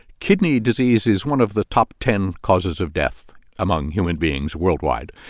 kidney disease is one of the top ten causes of death among human beings worldwide.